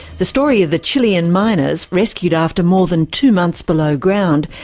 the story of the chilean miners, rescued after more than two months below ground,